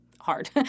hard